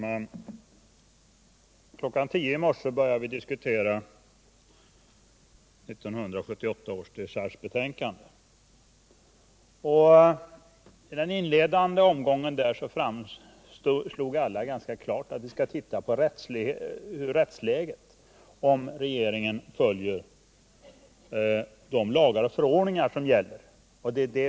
Herr talman! Kl. 10.00 i morse började vi diskutera 1978 års dechargebetänkande. I den inledande omgången fastslog alla talare ganska klart att vi skall kontrollera om regeringen följer de lagar och förordningar som gäller.